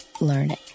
learning